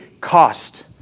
cost